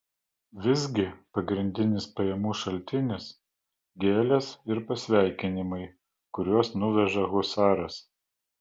visgi pagrindinis pajamų šaltinis gėlės ir pasveikinimai kuriuos nuveža husaras